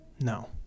No